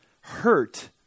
hurt